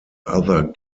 other